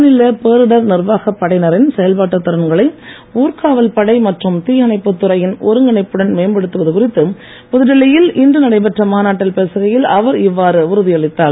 மாநில பேரிடர் நிர்வாகப் படையினரின் செயல்பாட்டுத் திறன்களை ஊர் காவல் படை மற்றும் தீ அணைப்புத் துறையின் ஒருங்கிணைப்புடன் மேம்படுத்துவது குறித்து புதுடில்லி யில் இன்று நடைபெற்ற மாநாட்டில் பேசுகையில் அவர் இவ்வாறு உறுதியளித்தார்